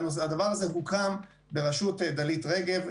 והדבר הזה הוקם בראשות דלית רגב.